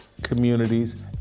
communities